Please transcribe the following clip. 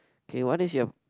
K what is your